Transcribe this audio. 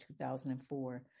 2004